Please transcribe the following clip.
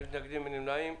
אין מתנגדים, אין נמנעים.